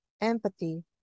empathy